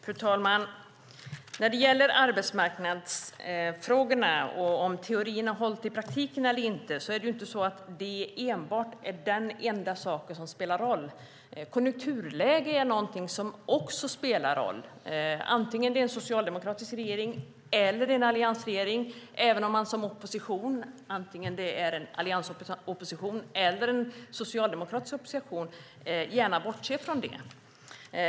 Fru talman! När det gäller arbetsmarknadsfrågorna och om teorierna har hållit i praktiken eller inte är det inte så att det är enbart den saken som spelar roll. Konjunkturläget är också något som spelar roll, oavsett om det är en socialdemokratisk regering eller en alliansregering - även om man som opposition, antingen det är en alliansopposition eller en socialdemokratisk opposition, gärna bortser från det.